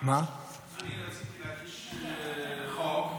אני רציתי להגיש חוק,